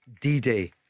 D-Day